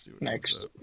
next